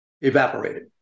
evaporated